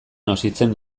nozitzen